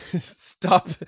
stop